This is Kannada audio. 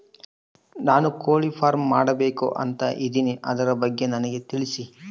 ನಾನು ಕೋಳಿ ಫಾರಂ ಮಾಡಬೇಕು ಅಂತ ಇದಿನಿ ಅದರ ಬಗ್ಗೆ ನನಗೆ ತಿಳಿಸಿ?